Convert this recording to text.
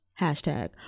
hashtag